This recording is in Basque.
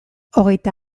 hogeita